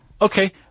Okay